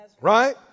Right